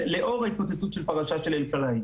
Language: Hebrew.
לאור ההתפוצצות של פרשת אלקלעי.